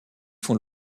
font